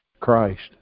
Christ